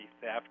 theft